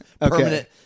permanent